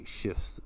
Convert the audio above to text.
shifts